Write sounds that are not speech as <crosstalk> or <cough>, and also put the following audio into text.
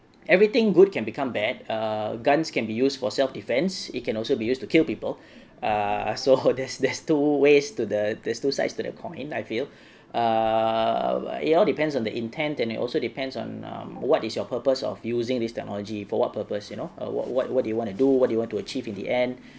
everything good can become bad err guns can be used for self defense it can also be used to kill people uh so <breath> there's there's two ways to the there's two sides to the comment I feel uh it all depends on the intent and it also depends on um what is your purpose of using this technology for what purpose you know uh what what what do you want to do what do you want to achieve in the end